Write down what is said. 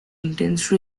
intense